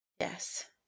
yes